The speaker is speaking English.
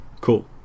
Cool